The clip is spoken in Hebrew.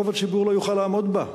רוב הציבור לא יוכל לעמוד בה.